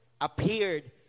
appeared